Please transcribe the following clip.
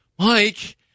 Mike